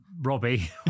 Robbie